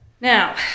Now